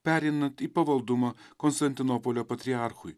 pereinant į pavaldumą konstantinopolio patriarchui